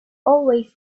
always